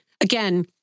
again